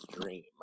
dream